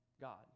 God